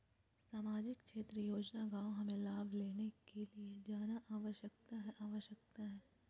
सामाजिक क्षेत्र योजना गांव हमें लाभ लेने के लिए जाना आवश्यकता है आवश्यकता है?